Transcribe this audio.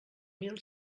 mil